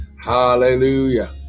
Hallelujah